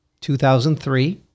2003